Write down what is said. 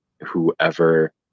whoever